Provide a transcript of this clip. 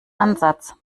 ansatz